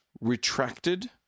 retracted